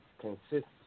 consists